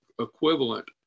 equivalent